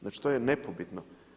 Znači, to je nepobitno.